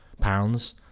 pounds